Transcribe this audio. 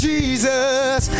Jesus